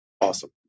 Awesome